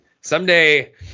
Someday